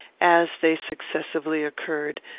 as they successively occurred,